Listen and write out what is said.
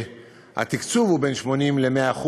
שהתקצוב הוא בין 80% ל-100%.